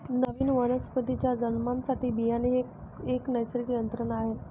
नवीन वनस्पतीच्या जन्मासाठी बियाणे ही एक नैसर्गिक यंत्रणा आहे